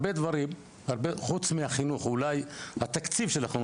חוץ מהתקציב של החינוך,